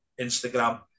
Instagram